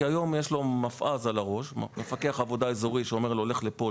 כיום יש לו מפעא"ז על הראש מפקח עבודה אזורי שאומר לו: לך לפה,